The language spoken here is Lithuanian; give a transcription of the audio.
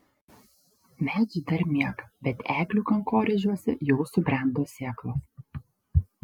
medžiai dar miega bet eglių kankorėžiuose jau subrendo sėklos